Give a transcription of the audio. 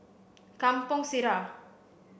Kampong Sireh